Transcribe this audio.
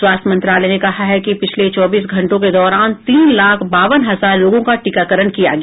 स्वास्थ्य मंत्रालय ने कहा है कि पिछले चौबीस घंटों के दौरान तीन लाख बावन हजार लोगों का टीकाकरण किया गया